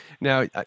Now